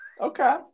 Okay